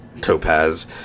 Topaz